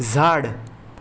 झाड